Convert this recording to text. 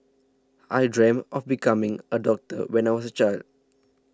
I dreamt of becoming a doctor when I was a child